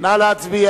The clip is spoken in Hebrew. מי נמנע